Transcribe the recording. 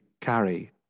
carry